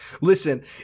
listen